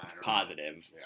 positive